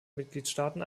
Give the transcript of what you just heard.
mitgliedstaaten